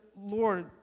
Lord